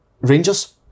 Rangers